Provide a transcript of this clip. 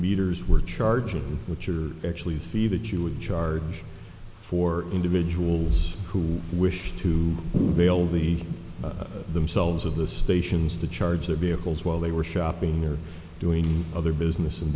meters were charging which are actually fee that you would charge for individuals who wish to bail the themselves of the stations to charge their vehicles while they were shopping or doing other business in